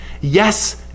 Yes